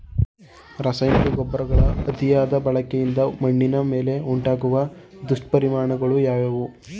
ರಾಸಾಯನಿಕ ಗೊಬ್ಬರಗಳ ಅತಿಯಾದ ಬಳಕೆಯಿಂದ ಮಣ್ಣಿನ ಮೇಲೆ ಉಂಟಾಗುವ ದುಷ್ಪರಿಣಾಮಗಳು ಯಾವುವು?